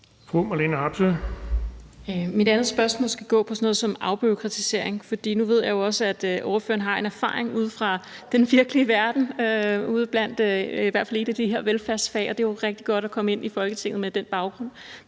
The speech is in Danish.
Mit andet spørgsmål skal gå på sådan noget som afbureaukratisering, for nu ved jeg også, at ordføreren har en erfaring ude fra den virkelige verden fra et af de her velfærdsfag, og det er jo rigtig godt at komme ind i Folketinget med den baggrund.